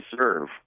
serve